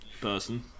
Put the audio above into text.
person